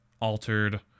altered